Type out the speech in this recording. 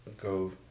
go